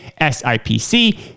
SIPC